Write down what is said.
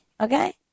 Okay